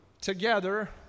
together